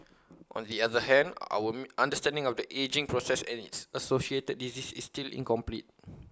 on the other hand our understanding of the ageing process and its associated diseases is still incomplete